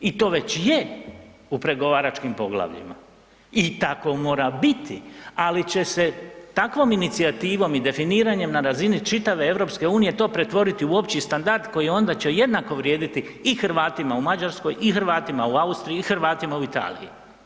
I to već je u pregovaračkim poglavljima i tako mora biti, ali će se takvom inicijativom i definiranjem na razini čitave EU to pretvoriti u opći standard koji onda će jednako vrijediti i Hrvatima u Mađarskoj i Hrvatima u Austriji i Hrvatima u Italiji.